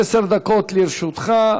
עשר דקות לרשותך.